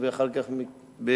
ואחר כך בכפר-גלים.